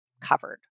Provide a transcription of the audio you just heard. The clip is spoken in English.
covered